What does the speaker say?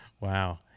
wow